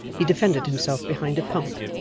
he defended himself behind a pump,